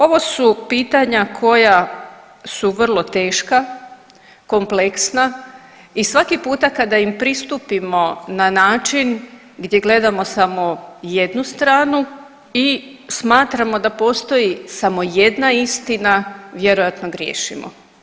Ovo su pitanja koja su vrlo teška, kompleksna i svaki puta kada im pristupimo na način gdje gledamo samo jednu stranu i smatramo da postoji samo jedna istina, vjerojatno griješimo.